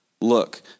Look